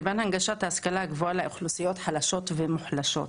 לבין הנגשת ההשכלה הגבוהה לאוכלוסיות חלשות ומוחלשות.